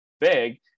big